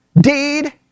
deed